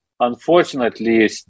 Unfortunately